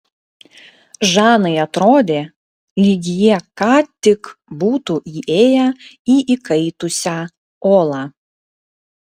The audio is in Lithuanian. žanai atrodė lyg jie ką tik būtų įėję į įkaitusią olą